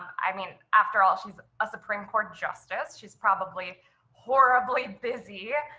i mean, after all, she's a supreme court justice. she's probably horribly busy.